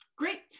Great